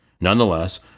Nonetheless